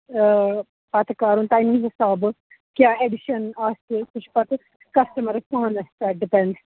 پَتہٕ کَرُن تَمی حِسابہٕ کیٛاہ ایٚڈِشَن آسہِ سُہ چھُ پَتہٕ کَسٹَمَرَس پانَس تام ڈِپٮ۪نٛڈ